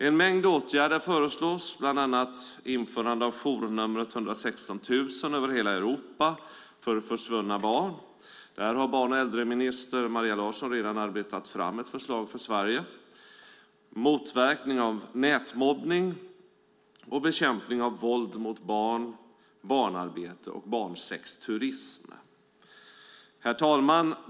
En mängd åtgärder föreslås, bland annat vill man införa journumret 116 000 för försvunna barn - här har barn och äldreminister Maria Larsson redan arbetat fram ett förslag för Sverige - motverka nätmobbning och bekämpa våld mot barn, barnarbete och barnsexturism. Herr talman!